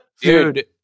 dude